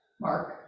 Mark